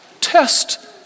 Test